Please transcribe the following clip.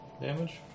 damage